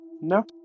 No